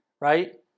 right